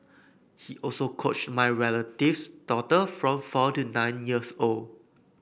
he also coached my relative's daughter from four to nine years old